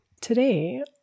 Today